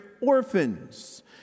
orphans